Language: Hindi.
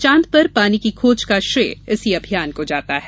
चांद पर पानी की खोज का श्रेय इसी अभियान को जाता है